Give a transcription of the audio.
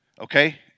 okay